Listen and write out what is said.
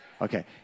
Okay